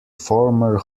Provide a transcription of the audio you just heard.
former